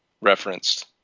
referenced